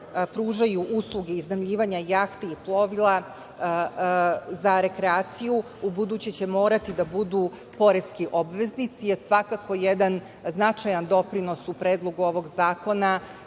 pružaju usluge iznajmljivanja jahti i plovila za rekreaciju ubuduće će morati da budu poreski obveznici je svakako jedan značajan doprinos u Predlogu ovog zakona